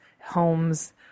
homes